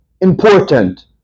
important